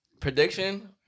Prediction